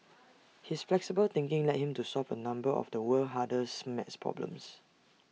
his flexible thinking led him to solve A number of the world's hardest maths problems